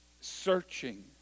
searching